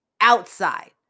outside